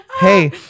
hey